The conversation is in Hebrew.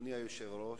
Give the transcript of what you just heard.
אדוני היושב-ראש,